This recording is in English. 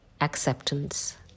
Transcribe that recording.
acceptance